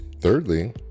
Thirdly